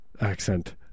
accent